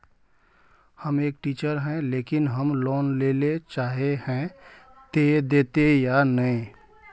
हम एक टीचर है लेकिन हम लोन लेले चाहे है ते देते या नय?